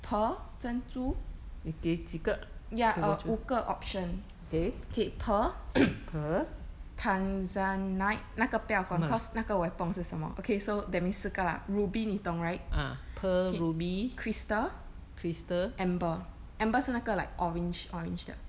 pearl 珍珠 ya uh 五个 option okay pearl tanzanite 那个不要管 cause 那个我也不懂是什么 okay so that means 四个啦 ruby 你懂 right crystal amber amber 是那个 like orange orange 的